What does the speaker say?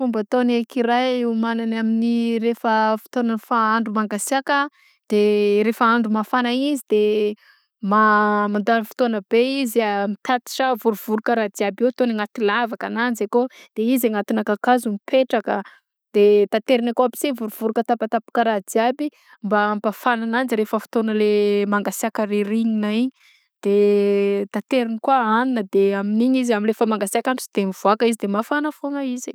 Fomba ataogn'ny ecureuil hiomanagny amin'ny rehefa fotoagna fa andro mangasiaka de rehefa andro mafagna igny izy de ma- mandagny fotoagna be izy mitatitra vorovoroka raha jiaby ataogny anaty lavaka ananjy akao de izy anatina kakazo mipetraka de tateriny akao aby si vorovoroka tapatapaka raha jiaby mba hampafagna ananjy rehefa fotoana rehefa le mangasiaka rirignina igny de taterigny kôa hanina de amign'iny izy amle efa mangasiaka andro sy de mivoaka izy de mafagna foagna izy.